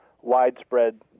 widespread